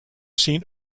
seen